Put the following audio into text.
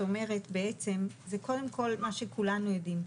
אומרת בעצם זה קודם כל מה שכולנו יודעים.